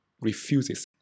refuses